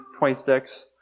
26